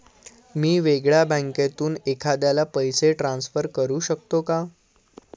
मी वेगळ्या बँकेतून एखाद्याला पैसे ट्रान्सफर करू शकतो का?